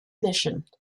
mission